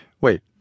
Wait